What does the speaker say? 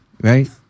Right